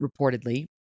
reportedly